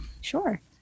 Sure